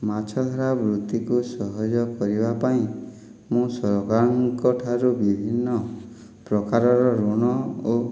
ମାଛ ଧରା ବୃତ୍ତିକୁ ସହଯୋଗ କରିବା ପାଇଁ ମୁଁ ସରକାରଙ୍କଠାରୁ ବିଭିନ୍ନ ପ୍ରକାରର ଋଣ ଓ